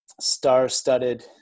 star-studded